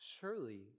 Surely